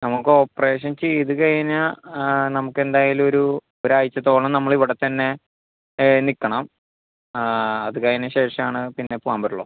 നമുക്ക് ഓപ്പറേഷൻ ചെയ്ത് കഴിഞ്ഞാൽ ആ നമുക്ക് എന്തായാലും ഒരു ഒരാഴ്ചത്തോളം നമ്മൾ ഇവിടത്തന്നെ നിൽക്കണം ആ അത് കഴിഞ്ഞ ശേഷമാണ് പിന്നെ പോവാൻ പറ്റുള്ളൂ